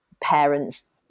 parents